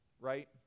right